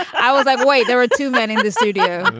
i was like, why? there were two men in the studio.